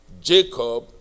Jacob